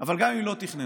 אבל גם אם לא תכננו